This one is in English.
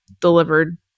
delivered